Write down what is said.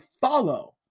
follow